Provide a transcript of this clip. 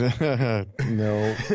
No